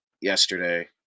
yesterday